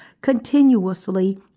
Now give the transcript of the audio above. continuously